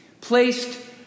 placed